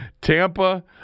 Tampa